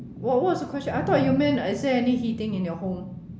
what what's the question I thought you meant uh is there any heating in your home